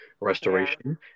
restoration